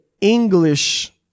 English